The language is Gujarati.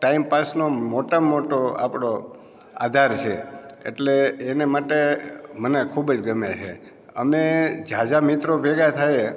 ટાઈમ પાસનો મોટામાં મોટો આપણો આધાર છે એટલે એને માટે મને ખૂબ જ ગમે છે અમે ઝાઝા મિત્રો ભેગા થાઈએ